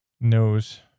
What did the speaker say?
knows